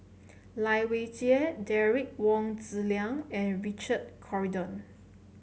Lai Weijie Derek Wong Zi Liang and Richard Corridon